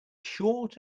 short